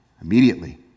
Immediately